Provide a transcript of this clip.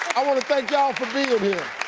i wanna thank y'all for being here.